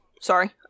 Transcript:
Sorry